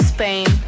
Spain